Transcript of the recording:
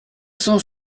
cent